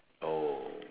oh